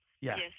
Yes